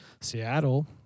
Seattle